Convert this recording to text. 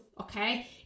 okay